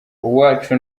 uwacu